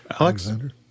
Alexander